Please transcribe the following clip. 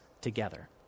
together